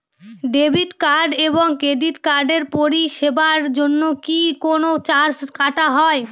Debit card এবং credit কার্ডের পরিষেবার জন্য কি কোন চার্জ কাটা হয়?